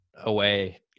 away